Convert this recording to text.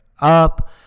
up